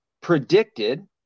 predicted